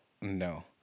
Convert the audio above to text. No